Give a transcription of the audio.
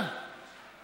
הוא לא ענה.